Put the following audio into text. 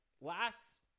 last